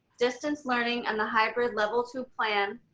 distance learning, and the hybrid level two plan,